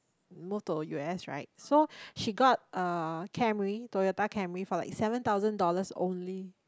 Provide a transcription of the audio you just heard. move to U_S right so she got uh Camry Toyota-Camry for a seven thousand dollars only